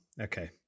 okay